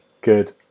Good